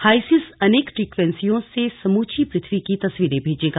HySIS अनेक फ्रिक्वेंसियों से समूची पृथ्वी की तस्वीरें भेजेगा